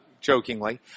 jokingly